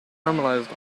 caramelized